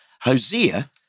Hosea